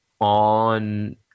on